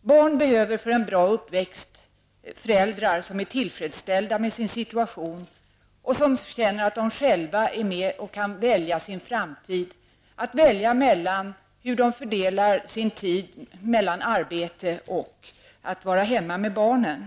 Barn behöver för en bra uppväxt föräldrar som är tillfredsställda med sin situation och som känner att de själva är med och väljer sin framtid. De måste få välja hur de fördelar sin tid mellan arbete och att vara hemma med barnen.